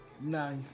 Nice